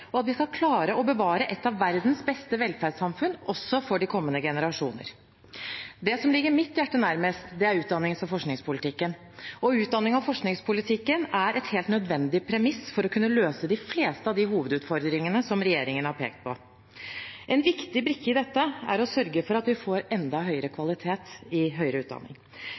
og at vi skal klare å bevare et av verdens beste velferdssamfunn også for de kommende generasjoner. Det som ligger mitt hjerte nærmest, er utdannings- og forskningspolitikken. Utdannings- og forskningspolitikken er et nødvendig premiss for å kunne løse de fleste av de hovedutfordringene regjeringen har pekt på. En viktig brikke i dette er å sørge for at vi får enda høyere kvalitet i høyere utdanning.